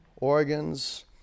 organs